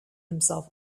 himself